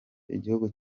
igihugu